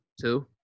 Two